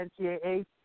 NCAA